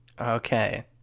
Okay